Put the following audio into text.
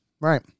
Right